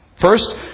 First